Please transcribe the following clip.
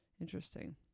interesting